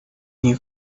you